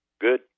good